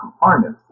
harness